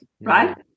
right